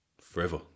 Forever